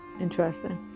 Interesting